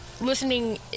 listening